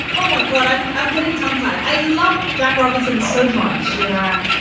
oh, my god. i'm i'm getting tongue tied. i love jack robinson so much. yeah